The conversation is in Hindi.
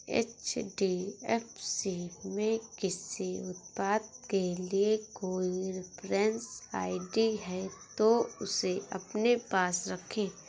एच.डी.एफ.सी में किसी उत्पाद के लिए कोई रेफरेंस आई.डी है, तो उसे अपने पास रखें